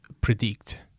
predict